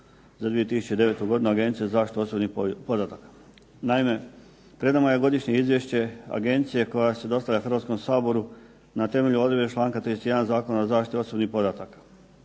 za 2009. godinu Agencije za zaštitu osobnih podataka. Naime, pred nama je godišnje izvješće agencije koja se dostavlja Hrvatskom saboru na temelju odredbe čl. 31. Zakona o zaštiti osobnih podataka.